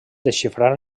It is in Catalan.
desxifrar